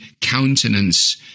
countenance